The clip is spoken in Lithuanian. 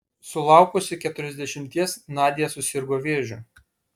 sulaukusi keturiasdešimties nadia susirgo vėžiu